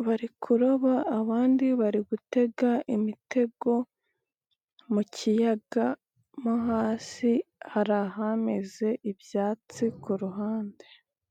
bari kuroba, abandi bari gutega imitego mu kiyaga, mo hasi, hari ahameze ibyatsi ku ruhande.